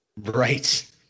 Right